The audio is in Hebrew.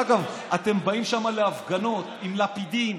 דרך אגב, אתם באים שם להפגנות עם לפידים.